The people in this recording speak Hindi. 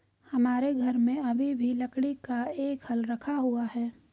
हमारे घर में अभी भी लकड़ी का एक हल रखा हुआ है